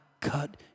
cut